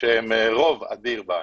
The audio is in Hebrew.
שהם רוב אדיר בענף.